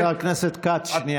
חבר הכנסת כץ, שנייה.